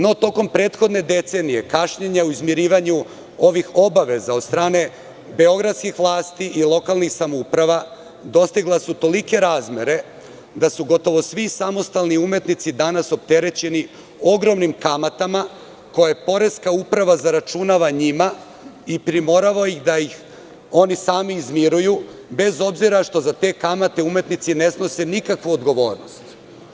No, tokom prethodne decenije kašnjenja u izmirivanju ovih obaveza od strane beogradskih vlasti i lokalnih samouprava dostigla su tolike razmere da su gotovo svi samostalni umetnici danas opterećeni ogromnim kamatama koje poreska uprava zaračunava njima i primorava ih da oni sami izmiruju, bez obzira što za te kamate umetnici ne snose nikakvu odgovornost.